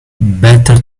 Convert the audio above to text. better